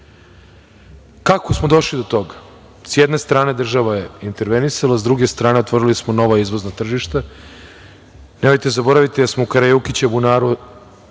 malo. Kako smo došli do toga? Sa jedne strane država je intervenisala, sa druge strane, otvorili smo nova izvozna tržišta. Nemojte zaboraviti da smo u Karajukića Bunaru